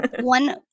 One-